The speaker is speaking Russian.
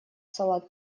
салат